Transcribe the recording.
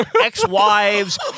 ex-wives